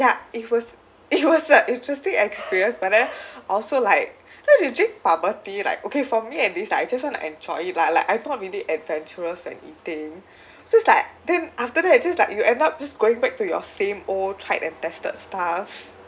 ya it was it was a interesting experience but then also like you know you drink bubble tea like okay for me at least lah I just want to enjoy it like like I'm not really adventurous when eating so it's like then after that just like you end up just going back to your same old tried and tested stuff